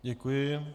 Děkuji.